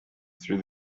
through